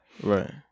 Right